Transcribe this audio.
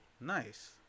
Nice